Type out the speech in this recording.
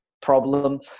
problem